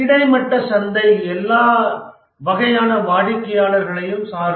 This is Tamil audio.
கிடைமட்ட சந்தை எல்லா வகையான வாடிக்கையாளர்களையும் சாரும்